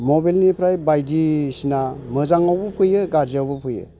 मबाइलनिफ्राय बायदिसिना मोजाङावबो फैयो गाज्रिआवबो फैयो